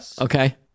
Okay